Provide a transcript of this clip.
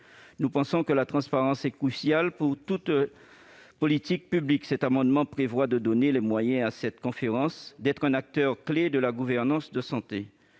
nécessaires ? La transparence est cruciale pour toute politique publique. Aussi, cet amendement prévoit de donner les moyens à cette conférence d'être un acteur clé de la gouvernance de santé.